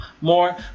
more